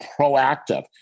proactive